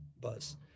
Buzz